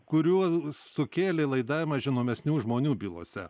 kuriuos sukėlė laidavimas žinomesnių žmonių bylose